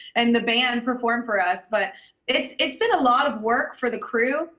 and the band perform for us. but it's it's been a lot of work for the crew